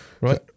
Right